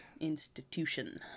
Institution